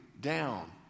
down